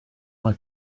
mai